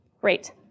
Great